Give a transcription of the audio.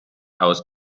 aus